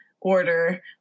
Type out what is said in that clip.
order